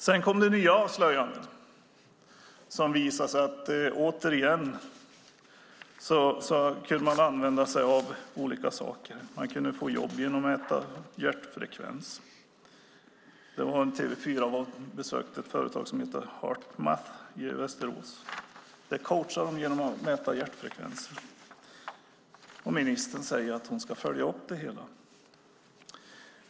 Sedan kom nya avslöjanden där det återigen visade sig att man kunde använda sig av olika metoder. Man kunde få jobb genom att mäta hjärtfrekvens. Där coachar de genom att mäta hjärtfrekvenser. Och ministern säger att hon ska följa upp det hela.